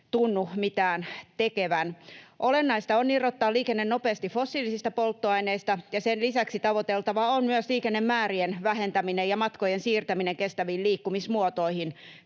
tunnu mitään tekevän. Olennaista on irrottaa liikenne nopeasti fossiilisista polttoaineista, ja sen lisäksi tavoiteltavaa on myös liikennemäärien vähentäminen ja matkojen siirtäminen kestäviin liikkumismuotoihin: